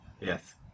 Yes